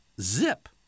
zip